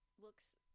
looks